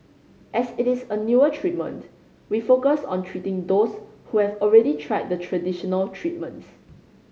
as it is a newer treatment we focus on treating those who have already tried the traditional treatments